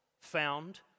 found